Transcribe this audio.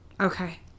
Okay